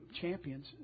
champions